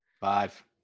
Five